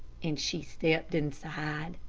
and she stepped inside.